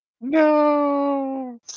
No